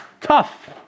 tough